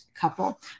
couple